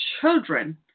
children